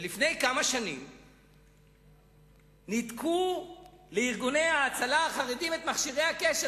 לפני כמה שנים ניתקו לארגוני ההצלה החרדיים את מכשירי הקשר,